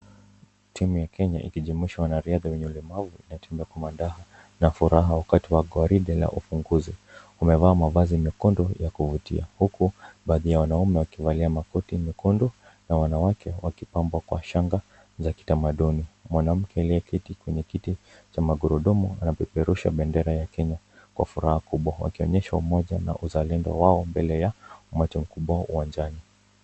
Timu ya Kenya ikijumuisha wanariadha wenye ulemavu inatembea kwa madaha na furaha wakati wa gwaride la ufunguzi. Wamevaa mavazi mekundu ya kuvutia huku baadhi ya wanaume wakivalia makoti mekundu na wanawake wakipambwa kwa shanga za kitamaduni. Mwanamke aliyeketi kwenye kiti cha magurudumu anapeperusha bendera ya Kenya kwa furaha kubwa wakionyesha umoja na uzalendo wao mbele ya umati mkubwa uwanjani.